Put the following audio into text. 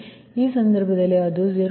ಆದ್ದರಿಂದ ಆ ಸಂದರ್ಭದಲ್ಲಿ ಅದು 0